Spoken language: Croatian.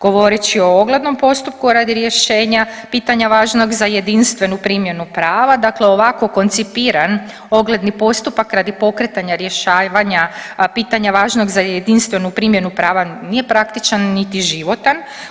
Govoreći o oglednom postupku radi rješenja pitanja važnog za jedinstvenu primjenu prava, dakle ovako koncipiran ogledni postupak radi pokretanja rješavanja pitanja važnog za jedinstvenu primjenu prava nije praktičan niti životan.